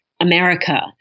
america